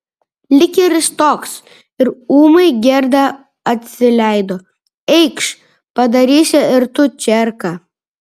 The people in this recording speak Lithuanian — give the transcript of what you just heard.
likeris toks ir ūmai gerda atsileido eikš padarysi ir tu čierką